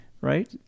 right